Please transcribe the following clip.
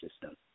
system